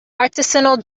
artisanal